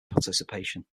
participation